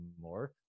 more